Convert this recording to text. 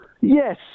Yes